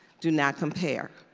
do not compare,